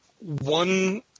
one